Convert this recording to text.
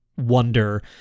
wonder